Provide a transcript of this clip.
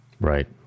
Right